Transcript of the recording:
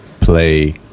play